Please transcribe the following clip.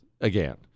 again